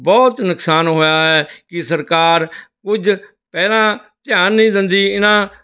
ਬਹੁਤ ਨੁਕਸਾਨ ਹੋਇਆ ਹੈ ਕਿ ਸਰਕਾਰ ਕੁਝ ਪਹਿਲਾਂ ਧਿਆਨ ਨਹੀਂ ਦਿੰਦੀ ਇਹਨਾਂ